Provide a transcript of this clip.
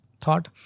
thought